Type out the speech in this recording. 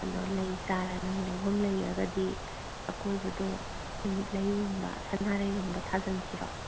ꯑꯗꯣ ꯂꯩ ꯆꯥꯔꯥ ꯅꯪ ꯂꯧꯐꯝ ꯂꯩꯔꯒꯗꯤ ꯑꯀꯣꯏꯕꯗꯣ ꯅꯨꯃꯤꯠ ꯂꯩ ꯒꯨꯝꯕ ꯁꯅꯥꯔꯩꯒꯨꯝꯕ ꯊꯥꯖꯤꯟꯁꯤꯔꯣ